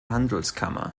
handelskammer